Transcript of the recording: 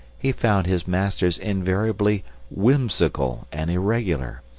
he found his masters invariably whimsical and irregular,